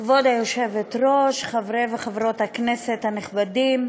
כבוד היושבת-ראש, חברי וחברות הכנסת הנכבדים,